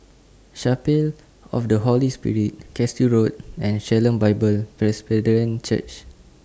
Chapel of The Holy Spirit Cashew Road and Shalom Bible Presbyterian Church